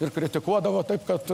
ir kritikuodavo taip kad